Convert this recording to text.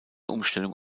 umstellung